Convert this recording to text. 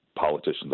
politicians